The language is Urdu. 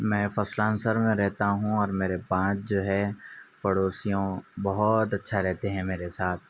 میں فسلانسر میں رہتا ہوں اور میرے پانچ جو ہے پڑوسیوں بہت اچھا رہتے ہیں میرے ساتھ